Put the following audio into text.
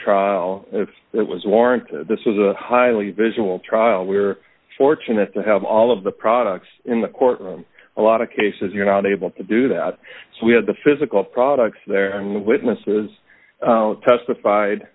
trial if it was warranted this is a highly visual trial we are fortunate to have all of the products in the courtroom a lot of cases you're not able to do that so we had the physical products there and witnesses testified